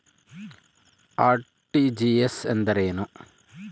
RTGS ಎಂದರೇನು?